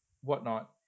whatnot